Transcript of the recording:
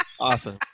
awesome